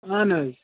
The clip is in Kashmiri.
آہَن حظ